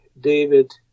David